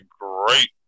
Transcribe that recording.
great